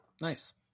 Nice